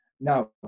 Now